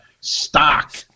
stock